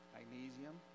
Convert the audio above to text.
magnesium